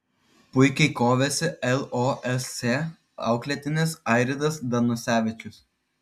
puikiai kovėsi losc auklėtinis airidas danusevičius